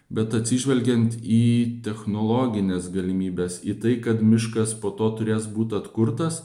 bet atsižvelgiant į technologines galimybes į tai kad miškas po to turės būt atkurtas